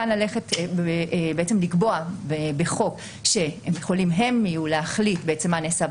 כאן ללכת ולקבוע בחוק שהם יוכלו להחליט מה נעשה בדירה,